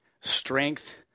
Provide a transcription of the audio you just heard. strength